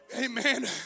Amen